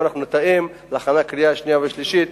ואנחנו נתאם בהכנה לקריאה שנייה ושלישית,